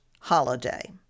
holiday